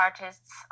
artists